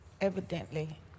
evidently